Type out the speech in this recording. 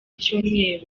cyumweru